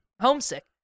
homesick